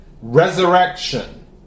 resurrection